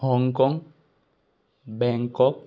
Hong Kong Bangkok